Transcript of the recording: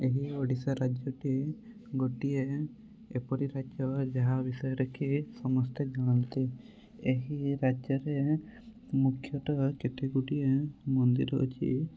ଏହି ଓଡ଼ିଶା ରାଜ୍ୟଟି ଗୋଟିଏ ଏପରି ରାଜ୍ୟ ଯାହା ବିଷୟରେ କି ସମସ୍ତେ ଜାଣନ୍ତି ଏହି ରାଜ୍ୟରେ ମୁଖ୍ୟତଃ କେତେ ଗୁଡ଼ିଏ ମନ୍ଦିର ଅଛି